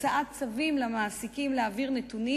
הוצאת צווים למעסיקים להעביר נתונים